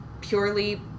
purely